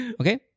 Okay